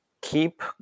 keep